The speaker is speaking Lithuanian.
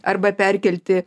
arba perkelti